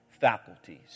faculties